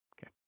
Okay